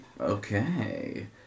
okay